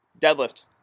Deadlift